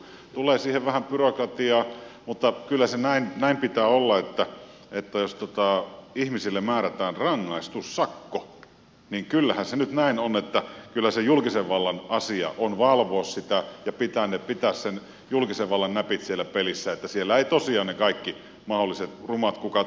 tulee siihen vähän byrokratiaa mutta kyllä se näin pitää olla että jos ihmisille määrätään rangaistussakko niin kyllähän se nyt näin on että julkisen vallan asia on valvoa sitä ja pitää sen julkisen vallan näpit siellä pelissä että siellä eivät tosiaan ne kaikki mahdolliset rumat kukat sitten saa kukkia